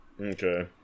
Okay